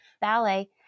ballet